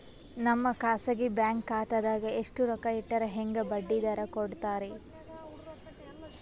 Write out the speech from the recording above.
ನಮ್ಮ ಖಾಸಗಿ ಬ್ಯಾಂಕ್ ಖಾತಾದಾಗ ಎಷ್ಟ ರೊಕ್ಕ ಇಟ್ಟರ ಹೆಂಗ ಬಡ್ಡಿ ದರ ಕೂಡತಾರಿ?